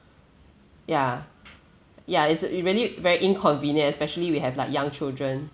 ya ya is it's really very inconvenient especially we have like young children